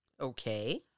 Okay